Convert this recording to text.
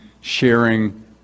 sharing